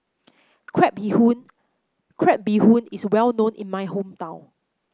Crab Bee Hoon Crab Bee Hoon is well known in my hometown